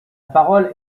parole